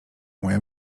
moja